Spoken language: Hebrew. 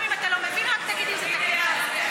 גם אם אתה לא מבין, רק תגיד אם זה תקין או לא.